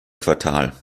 quartal